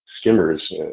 skimmers